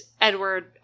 Edward